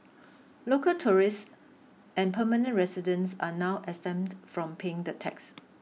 local tourists and permanent residents are now exempted from paying the tax